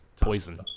poison